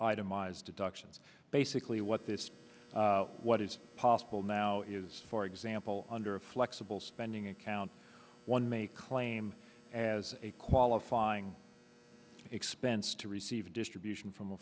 itemized deductions basically what this what is possible now is for example under a flexible spending account one may claim as a kuala flying expense to receive distribution from a